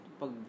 pag